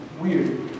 weird